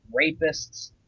rapists